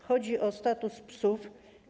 Chodzi o status psów.